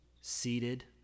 seated